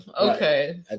Okay